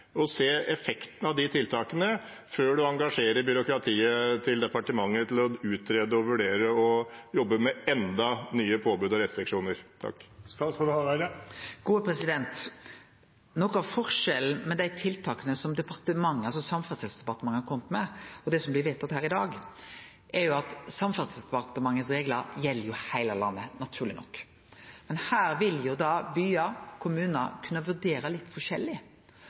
før man engasjerer departementets byråkrati til å utrede, vurdere og jobbe med enda flere nye påbud og restriksjoner? Noko av forskjellen mellom dei tiltaka som Samferdselsdepartementet har kome med, og det som blir vedteke her i dag, er at Samferdselsdepartementets reglar gjeld heile landet – naturleg nok. Men her vil byar og kommunar kunne vurdere litt forskjellig.